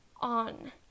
on